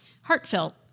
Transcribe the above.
heartfelt